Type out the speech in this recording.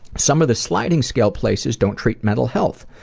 some of the sliding scale places don't treat mental health.